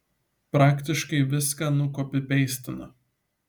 praktiškai viską nukopipeistino